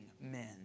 men